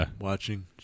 watching